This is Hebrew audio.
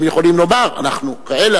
הם יכולים לומר: אנחנו כאלה,